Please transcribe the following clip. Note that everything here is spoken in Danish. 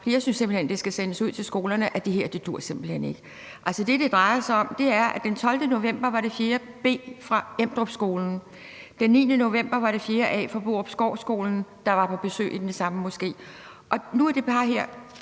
jeg synes simpelt hen, at det skal sendes ud til skolerne, at det her ikke duer. Altså, det, det drejer sig om, er, at den 12. november var det 4.b fra Endrupskolen og den 9. november var det 4.a fra Borupgårdskolen, der var på besøg i den samme moské. Jeg ved ikke